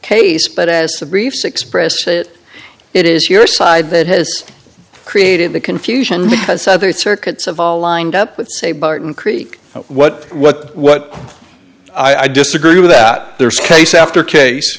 case but as the briefs expressed that it is your side that has created the confusion because other circuits of all lined up with say barton creek what what what i disagree with that there's case after case